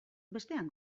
bestean